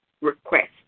request